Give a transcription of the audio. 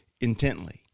intently